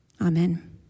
Amen